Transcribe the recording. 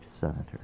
senator